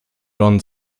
john